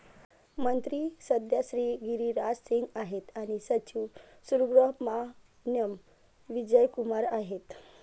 मंत्री सध्या श्री गिरिराज सिंग आहेत आणि सचिव सुब्रहमान्याम विजय कुमार आहेत